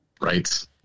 right